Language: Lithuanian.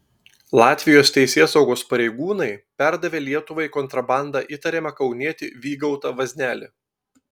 latvijos teisėsaugos pareigūnai perdavė lietuvai kontrabanda įtariamą kaunietį vygaudą vaznelį